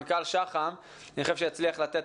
מנכ"ל שח"ם ואני מקווה שהוא יצליח לתת